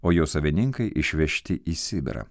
o jo savininkai išvežti į sibirą